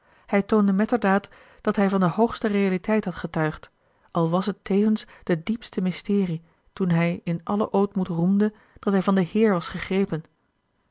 hij toonde metterdaad dat hij van de hoogste realiteit had getuigd als was het tevens de diepste mysterie toen hij in allen ootmoed roemde dat hij van den heer was gegrepen